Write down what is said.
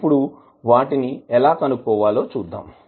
ఇప్పుడు వాటిని ఎలా కనుక్కోవాలో చూద్దాం